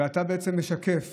אתה בעצם משקף